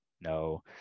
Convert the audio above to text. No